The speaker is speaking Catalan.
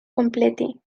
completi